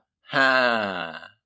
Ha